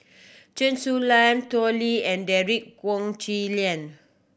Chen Su Lan Tao Li and Derek Wong Zi Liang